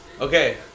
Okay